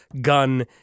gun